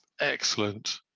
excellent